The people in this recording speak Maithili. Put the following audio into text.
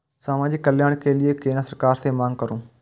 समाजिक कल्याण के लीऐ केना सरकार से मांग करु?